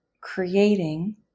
creating